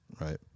right